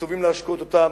מצווים להשקות אותם,